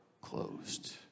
closed